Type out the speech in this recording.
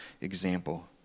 example